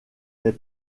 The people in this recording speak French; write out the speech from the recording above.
n’est